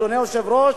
אדוני היושב-ראש,